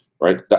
Right